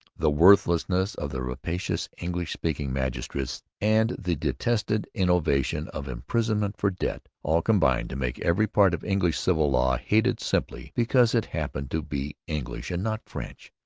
the worthlessness of the rapacious english-speaking magistrates, and the detested innovation of imprisonment for debt, all combined to make every part of english civil law hated simply because it happened to be english and not french.